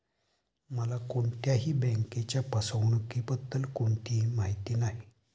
मला कोणत्याही बँकेच्या फसवणुकीबद्दल कोणतीही माहिती नाही